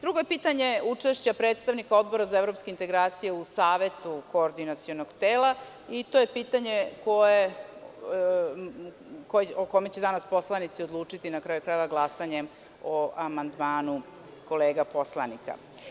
Drugo je pitanje učešća predstavnika Odbora za evropske integracije u Savetu koordinacionog tela i to je pitanje o kome će danas poslanici odlučiti glasanjem o amandmanu kolega poslanika.